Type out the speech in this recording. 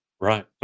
Right